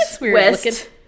west